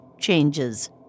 changes